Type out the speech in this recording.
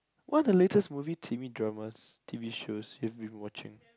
what are the latest movie t_v dramas t_v shows you've been watching